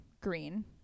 green